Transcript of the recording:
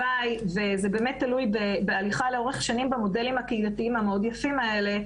וזה באמת תלוי בהליכה לאורך שנים במודלים הקהילתיים המאוד יפים האלה,